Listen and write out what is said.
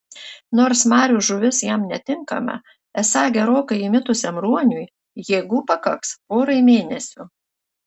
nors marių žuvis jam netinkama esą gerokai įmitusiam ruoniui jėgų pakaks porai mėnesių